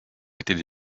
étaient